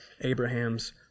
Abraham's